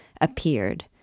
appeared